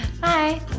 Bye